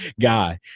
guy